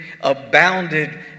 abounded